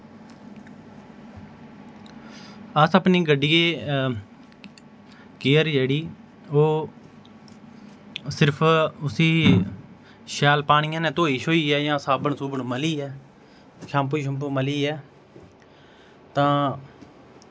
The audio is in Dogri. अस अपनी गड्डियें केयर जेह्ड़ी ओह् सिर्फ उसी शैल पानियैं नै धोई शोईयै जां साबन सूबन मलियै शैन्पू शूम्पू मलियै तां